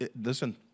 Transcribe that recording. listen